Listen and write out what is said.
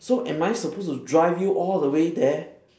so am I supposed to drive you all the way there